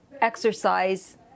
exercise